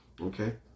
Okay